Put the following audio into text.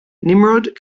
nimrod